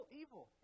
evil